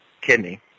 kidney